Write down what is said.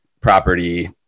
property